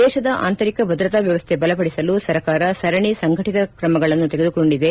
ದೇಶದ ಆಂತರಿಕ ಭದ್ರತಾ ವ್ಯವಸ್ಥೆ ಬಲಪಡಿಸಲು ಸರ್ಕಾರ ಸರಣಿ ಸಂಘಟಿತ ಕ್ರಮಗಳನ್ನು ತೆಗೆದುಕೊಂಡಿದೆ